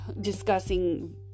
discussing